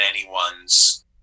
anyone's